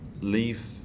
leave